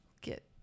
get